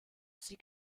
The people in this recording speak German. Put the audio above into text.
sie